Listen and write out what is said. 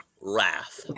wrath